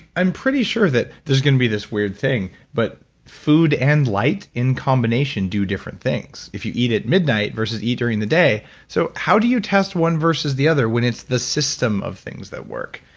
i'm pretty sure that there's going to be this weird thing. but food and light in combination do different things, if you eat it midnight versus eat during the day so how do you test one versus the other when it's the system of things that work?